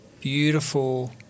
beautiful